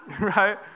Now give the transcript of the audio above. Right